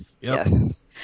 Yes